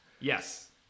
Yes